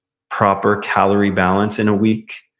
proper calorie balance in a week,